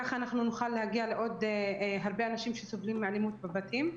כך אנחנו נוכל להגיע לעוד הרבה אנשים שסובלים מאלימות בבתים.